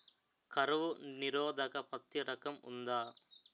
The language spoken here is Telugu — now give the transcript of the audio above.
కరువు నిరోధక పత్తి రకం ఉందా?